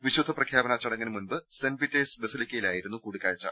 വിശുദ്ധ പ്രഖ്യാപന ചട ങ്ങിനു മുമ്പ് സെന്റ് പീറ്റേഴ്സ് ബസലിക്കയിലായിരുന്നു കൂടിക്കാഴ്ച